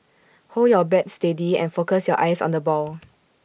hold your bat steady and focus your eyes on the ball